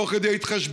תוך כדי התחשבנות